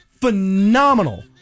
phenomenal